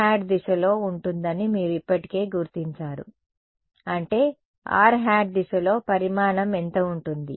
rˆ దిశలో ఉంటుందని మీరు ఇప్పటికే గుర్తించారు అంటే rˆ దిశలో పరిమాణం ఎంత ఉంటుంది